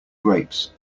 grapes